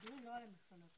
הדיון לא על המכללות.